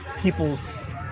people's